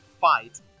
fight